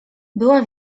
była